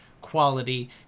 quality